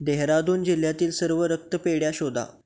देहरादून जिल्ह्यातील सर्व रक्तपेढ्या शोधा